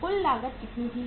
कुल लागत कितनी थी